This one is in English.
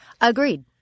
Agreed